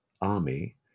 army